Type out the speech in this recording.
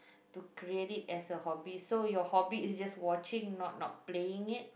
to create it as a hobby so you hobby is just watching not not playing it